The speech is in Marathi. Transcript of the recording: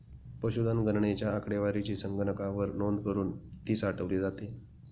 पशुधन गणनेच्या आकडेवारीची संगणकावर नोंद करुन ती साठवली जाते